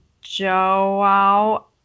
Joao